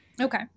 Okay